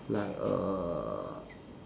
like uh